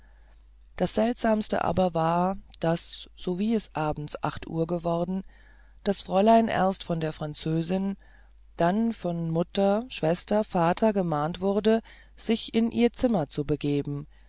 das seltsamste war aber daß sowie es abends acht uhr geworden das fräulein erst von der französin dann von mutter schwester vater gemahnt wurde sich in ihr zimmer zu begeben